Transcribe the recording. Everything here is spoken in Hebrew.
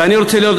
ואני רוצה לראות,